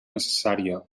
necessària